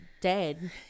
dead